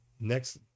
Next